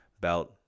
belt